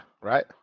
Right